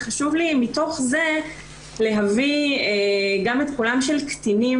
חשוב לי מתוך זה להביא גם את קולם של קטינים,